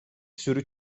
sürü